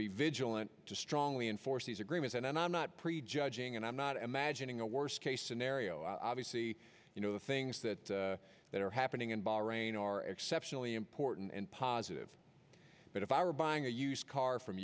be vigilant to strongly enforce these agreements and i'm not prejudging and i'm not imagining a worst case scenario i obviously you know the things that that are happening in bahrain are exceptionally important and positive but if i were buying a used car